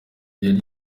yari